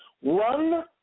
one